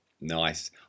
nice